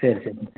சரி சரி